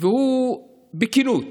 הוא בכנות